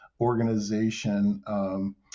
organization